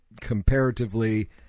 comparatively